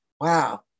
Wow